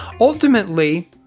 ultimately